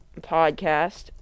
Podcast